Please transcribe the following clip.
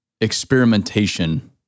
experimentation